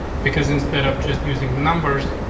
because instead of just using numbers,